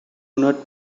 not